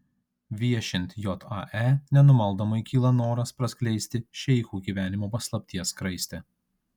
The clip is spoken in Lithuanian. viešint jae nenumaldomai kyla noras praskleisti šeichų gyvenimo paslapties skraistę